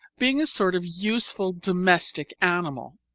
being a sort of useful domestic animal.